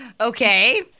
Okay